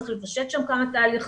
צריך לפשט שם כמה תהליכים.